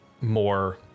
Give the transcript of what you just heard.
more